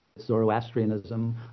Zoroastrianism